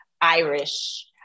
Irish